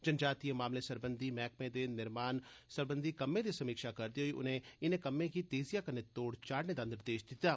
जनजातिय मामले सरबंधी मैहकमे दे निर्माण सरबंधी कम्मै दी समीक्षा करदे होई उनें इनें कम्में गी तेजिया कन्नै तोड़ चाढ़ने दा निर्देश दित्ता